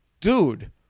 dude